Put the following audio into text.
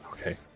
Okay